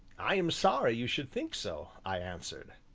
i am sorry you should think so, i answered.